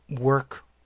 work